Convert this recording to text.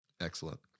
Excellent